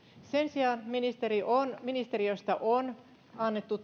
sen sijaan ministeriöstä on annettu